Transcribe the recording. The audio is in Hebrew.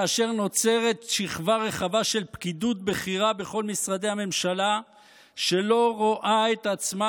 כאשר נוצרת שכבה רחבה של פקידות בכירה בכל משרדי הממשלה שלא רואה את עצמה